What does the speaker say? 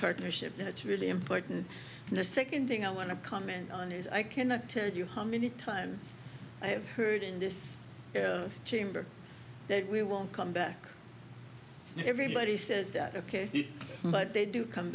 partnership that's really important and the second thing i want to comment on is i cannot tell you how many times i have heard in this chamber that we won't come back everybody says ok but they do come